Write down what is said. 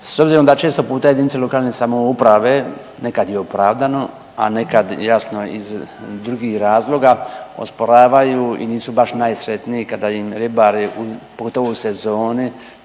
s obzirom da često puta JLS, nekad i opravdano, a nekad jasno iz drugih razloga, osporavaju i nisu baš najsretniji kada im ribari, pogotovo u sezoni